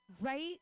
Right